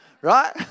right